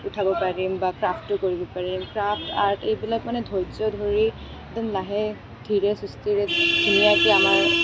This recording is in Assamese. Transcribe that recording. উঠাব পাৰিম বা ক্ৰাফ্টটো কৰিব পাৰিম ক্ৰাফ্ট আৰ্ট এইবিলাক মানে ধৈৰ্য্য ধৰি একদম লাহে ধীৰে সুস্থিৰে ধুনীয়াকৈ আমাৰ